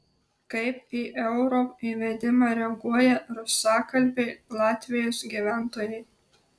kaip į euro įvedimą reaguoja rusakalbiai latvijos gyventojai